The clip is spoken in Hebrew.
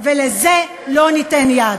ולזה לא ניתן יד.